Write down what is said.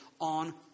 on